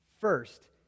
first